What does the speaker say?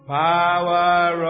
power